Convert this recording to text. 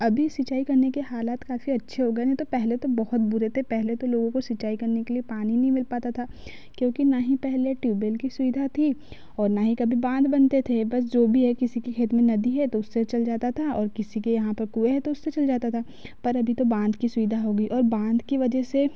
अभी सिंचाई करने के हालात काफ़ी अच्छे हो गए नहीं तो पहले तो बहुत बुरे थे पहले तो लोगों को सिंचाई करने के लिए पानी नहीं मिल पाता था क्योंकि ना ही पहले ट्यूबेल की सुविधा थी और ना ही कभी बांध बनते थे बस जो भी है किसी की खेत में नदी है तो उससे चल जाता था और किसी के यहाँ पर कुएँ हैं तो उससे चल जाता था पर अभी तो बांध की सुविधा हो गई और बांध के वजह से